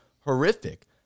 horrific